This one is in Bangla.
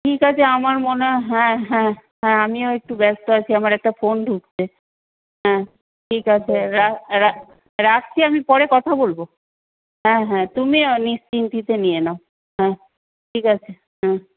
ঠিক আছে আমার মনে হ্যাঁ হ্যাঁ হ্যাঁ আমিও একটু ব্যস্ত আছি আমার একটা ফোন ঢুকছে হ্যাঁ ঠিক আছে রাখছি আমি পরে কথা বলব হ্যাঁ হ্যাঁ তুমিও নিশ্চিন্তে নিয়ে নাও হ্যাঁ ঠিক আছে হুম